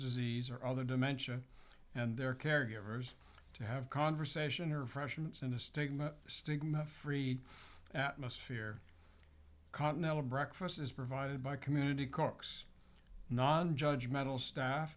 disease or other dementia and their caregivers to have conversation or freshman send a stigma stigma free atmosphere continental breakfast is provided by community cork's non judge mental stuff